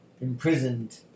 imprisoned